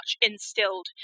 instilled